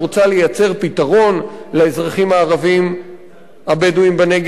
לייצר פתרון לאזרחים הערבים הבדואים בנגב,